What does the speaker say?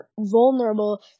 vulnerable